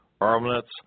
armlets